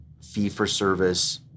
fee-for-service